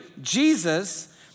Jesus